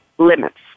Limits